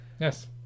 Yes